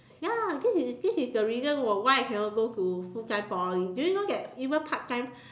ya this is this is the reason why I cannot go to full time Poly do you know that even part time